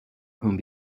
whom